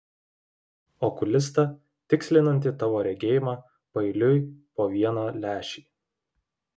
okulistą tikslinantį tavo regėjimą paeiliui po vieną lęšį